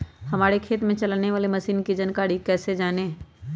हमारे खेत में चलाने वाली मशीन की जानकारी कैसे जाने?